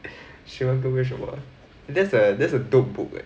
十万个为什么 there's a there's a dope book eh